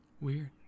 Weird